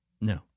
No